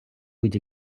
будь